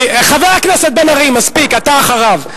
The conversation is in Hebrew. כמו שעשיתם, חבר הכנסת בן-ארי, מספיק, אתה אחריו.